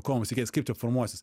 ko mums tikėtis kaip čia formuosis